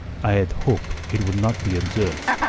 i had hope' it would not be observe'.